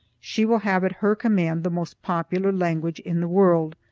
she will have at her command the most popular language in the world,